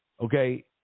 okay